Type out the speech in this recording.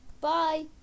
Bye